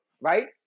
right